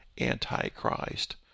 Antichrist